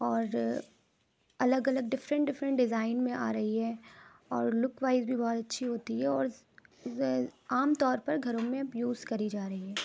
اور الگ الگ ڈفرنٹ ڈفرنٹ ڈیزائن میں آ رہی ہے اور لک وائز بھی بہت اچھی ہوتی ہے اور عام طور پر گھروں میں اب یوز کری جا رہی ہے